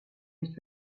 nicht